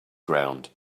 ground